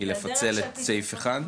היא לפצל את סעיף 1?